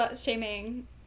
shaming